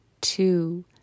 two